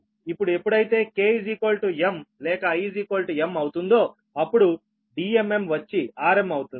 ఇప్పుడు ఎప్పుడైతే k m లేక i m అవుతుందో అప్పుడు Dmm వచ్చి rm అవుతుంది